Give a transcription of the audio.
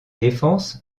défenses